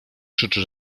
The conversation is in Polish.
krzyczy